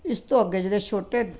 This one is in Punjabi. ਇਸ ਤੋਂ ਅੱਗੇ ਜਿਹੜੇ ਛੋਟੇ